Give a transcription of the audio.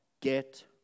get